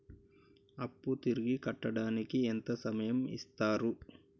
అప్పు తిరిగి కట్టడానికి ఎంత సమయం ఇత్తరు?